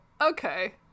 Okay